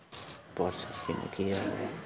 पर्छ किनकि अब